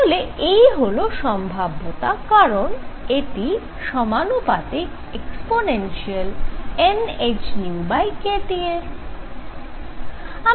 তাহলে এই হল সম্ভাব্যতা কারণ এটি সমানুপাতিক e nhνkT এর